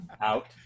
out